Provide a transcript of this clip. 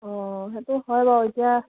অঁ সেইটো হয় বাৰু এতিয়া